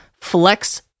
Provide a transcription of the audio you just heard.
flex